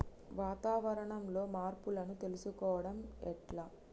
వాతావరణంలో మార్పులను తెలుసుకోవడం ఎట్ల?